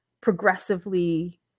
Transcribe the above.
progressively